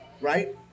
right